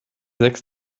sechs